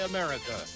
America